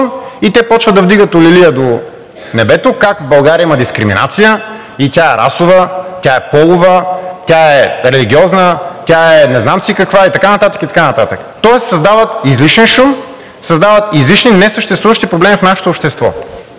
и те започват за вдигат олелия до небето как в България има дискриминация и тя е расова, тя е полова, тя е религиозна, тя е не знам си каква и така нататък, и така нататък. Тоест те създават излишен шум, създават излишни несъществуващи проблеми в нашето общество.